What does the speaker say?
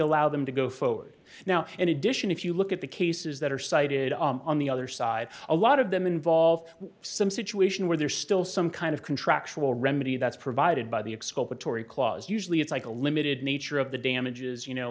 allow them to go forward now and addition if you look at the cases that are cited on the other side a lot of them involve some situation where there's still some kind of contractual remedy that's provided by the exculpatory clause usually it's like a limited nature of the damages you know